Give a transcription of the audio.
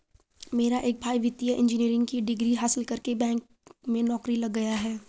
मेरा एक भाई वित्तीय इंजीनियरिंग की डिग्री हासिल करके बैंक में नौकरी लग गया है